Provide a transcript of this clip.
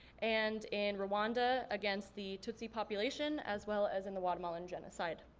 and in rwanda against the tutsi population as well as in the guatemalan genocide.